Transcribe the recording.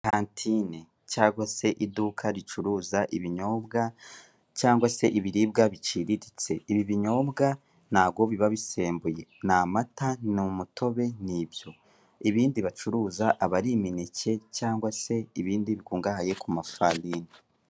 Kantine cyangwa se iduka ricuruza ibinyobwa cyangwa se ibiiribwa biciriritse, ibi binyobwa ntago biba bisembuye ni amata n'umutobe n'ibyo, ibindi bacuruza aba ari imineke cyangwa se ibindi bikungahaye ku mafarine.